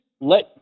let